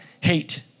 hate